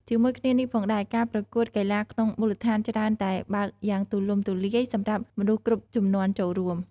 ជាមួយគ្នានេះផងដែរ ការប្រកួតកីឡាក្នុងមូលដ្ឋានច្រើនតែបើកយ៉ាងទូលំទូលាយសម្រាប់មនុស្សគ្រប់ជំនាន់ចូលរួម។